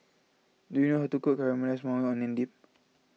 do you know how to cook Caramelized Maui Onion Dip